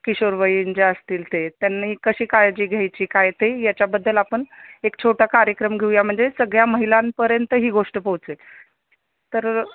किशोरवयीन ज्या असतील ते त्यांनी कशी काळजी घ्यायची काय ते याच्याबद्दल आपण एक छोटा कार्यक्रम घेऊया म्हणजे सगळ्या महिलांपर्यंत ही गोष्ट पोहोचेल तर